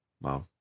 wow